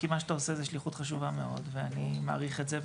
כי מה שאתה עושה זה שליחות חשובה מאוד ואני מעריך את זה,